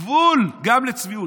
גבול גם לצביעות.